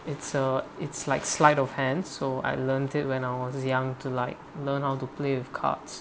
it's uh it's like sleight of hand so I learned it when I was young to like learn how to play with cards